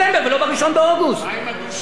מה עם הדו-שנתי ששיבחת אותו?